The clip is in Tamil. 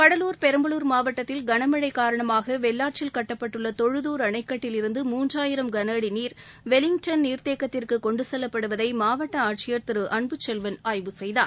கடலூர் பெரம்பலூர் மாவட்டத்தில் கனமழை காரணமாக வெள்ளாற்றில் கட்டப்பட்டுள்ள தொழுதுர் அணைக்கட்டில் இருந்து மூன்றாயிரம் கனஅடி நீர் வெலிங்டன் நீர்த்தேக்கத்திற்கு கொண்டு செல்லப்படுவதை மாவட்ட ஆட்சியர் திரு அன்புச்செல்வன் ஆய்வு செய்தார்